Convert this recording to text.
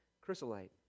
chrysolite